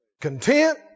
content